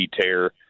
tear